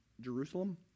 Jerusalem